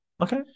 Okay